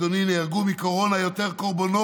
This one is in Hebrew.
אדוני, נהרגו מקורונה יותר קורבנות